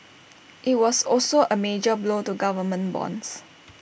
IT was also A major blow to government bonds